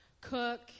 cook